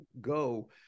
go